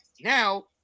Now